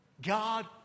God